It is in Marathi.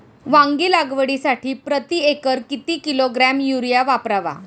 वांगी लागवडीसाठी प्रती एकर किती किलोग्रॅम युरिया वापरावा?